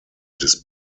des